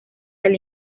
del